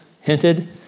hinted